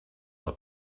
nur